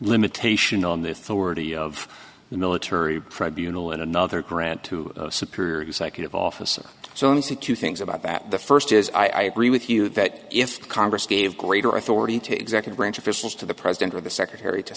limitation on the thord of the military tribunal in another grant to superior executive officer so as the two things about that the first is i agree with you that if congress gave greater authority to executive branch officials to the president or the secretary to